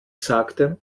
sagte